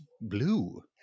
blue